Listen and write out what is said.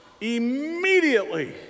immediately